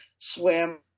swim